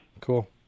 Cool